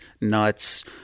nuts